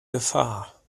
gefahr